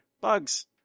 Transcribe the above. Bugs